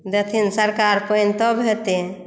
देथिन सरकार पानि तब हेतै